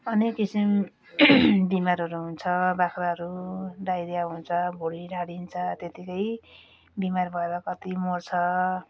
अनेक किसिम बिमारहरू हुन्छ बाख्राहरू डाइरिया हुन्छ भुँडी ढाडिन्छ त्यतिकै बिमार भएर कति मर्छ